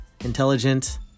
intelligent